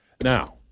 Now